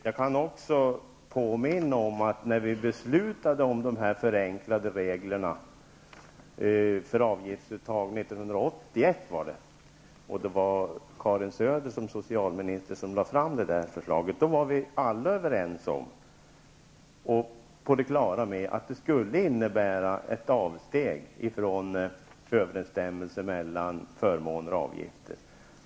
Jag vill också påminna om att när vi beslutade om de här förenklade reglerna för avgiftsuttag 1981 -- det var Karin Söder såsom socialminister som lade fram förslaget -- var vi alla på det klara med och överens om att det skulle innebära ett avsteg från överensstämmelsen mellan förmåner och avgifter.